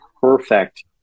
perfect